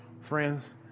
Friends